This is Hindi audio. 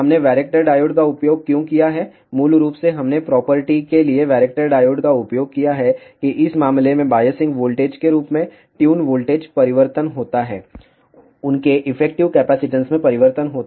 हमने वैरेक्टर डायोड का उपयोग क्यों किया है मूल रूप से हमने प्रॉपर्टी के लिए वैरेक्टर डायोड का उपयोग किया है कि इस मामले में बायसिंग वोल्टेज के रूप में ट्यून वोल्टेज परिवर्तन होता है उनके इफेक्टिव कैपेसिटेंस में परिवर्तन होता है